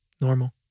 normal